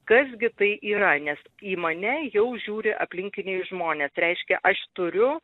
kas gi tai yra nes į mane jau žiūri aplinkiniai žmonės reiškia aš turiu